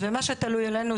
מה שתלוי בנו,